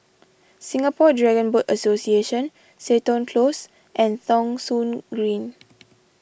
Singapore Dragon Boat Association Seton Close and Thong Soon Green